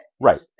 right